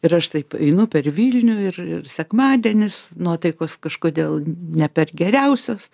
ir aš taip einu per vilnių ir ir sekmadienis nuotaikos kažkodėl ne per geriausios